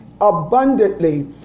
abundantly